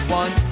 one